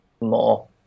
more